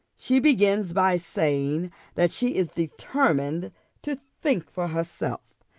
she begins by saying that she is determined to think for herself,